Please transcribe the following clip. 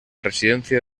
residencia